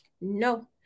no